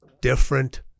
Different